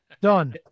done